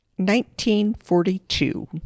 1942